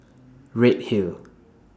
Redhill